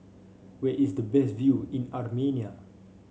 where is the best view in Armenia